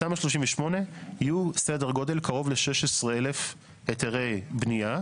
בתמ"א 38 יהיו סדר-גודל קרוב ל-16,000 היתרי בנייה.